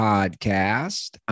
Podcast